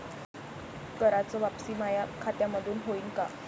कराच वापसी माया खात्यामंधून होईन का?